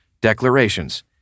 declarations